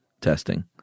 testing